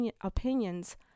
opinions